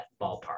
ballpark